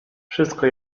wszystko